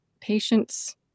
patients